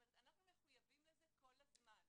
אנחנו מחויבים לזה כל הזמן,